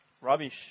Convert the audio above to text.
rubbish